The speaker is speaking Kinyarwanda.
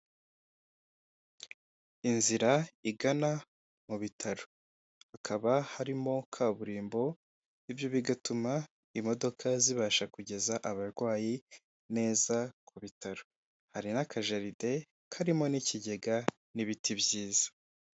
Inzira igana mu bitaro hakaba harimo kaburimbo ibyo bigatuma imodoka zibasha kugeza abarwayi neza ku bitaro, hari n'akajaride karimo n'ikigega n'ibiti byiza.